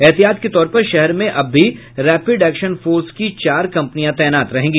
एहतियात के तौर पर शहर में अब भी रैपिड एक्शन फोर्स की चार कंपनियां तैनात रहेंगी